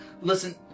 Listen